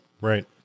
right